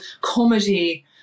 comedy